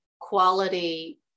quality